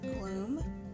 gloom